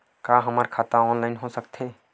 का हमर खाता ऑनलाइन हो सकथे?